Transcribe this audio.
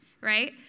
right